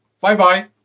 Bye-bye